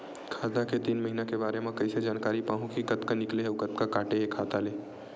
खाता के तीन महिना के बारे मा कइसे जानकारी पाहूं कि कतका निकले हे अउ कतका काटे हे खाता ले?